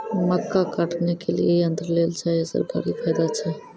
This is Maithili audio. मक्का काटने के लिए यंत्र लेल चाहिए सरकारी फायदा छ?